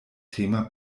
thema